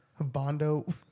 Bondo